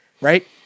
right